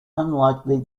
unlikely